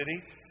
city